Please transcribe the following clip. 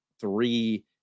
three